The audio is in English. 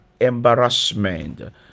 embarrassment